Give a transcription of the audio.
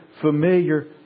familiar